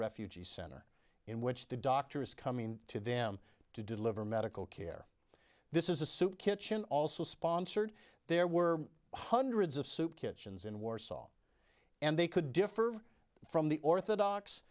refugee center in which the doctor is coming to them to deliver medical care this is a soup kitchen also sponsored there were hundreds of soup kitchens in warsaw and they could differ from the orthodox